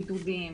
בידודים,